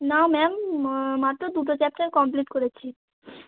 না ম্যাম মাত্র দুটো চ্যাপ্টার কমপ্লিট করেছি